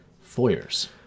foyers